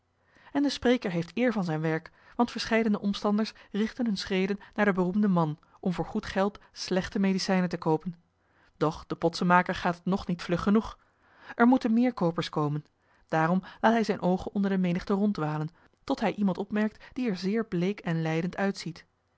en de spreker heeft eer van zijn werk want verscheidene omstanders richten hunne schreden naar den beroemden man om voor goed geld slechte medicijnen te koopen doch den potsenmaker gaat het nog niet vlug genoeg er moeten meer koopers komen daarom laat hij zijne oogen onder de menigte ronddwalen tot hij iemand opmerkt die er zeer bleek en lijdend uitziet